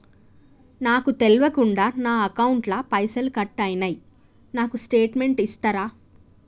నాకు తెల్వకుండా నా అకౌంట్ ల పైసల్ కట్ అయినై నాకు స్టేటుమెంట్ ఇస్తరా?